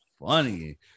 funny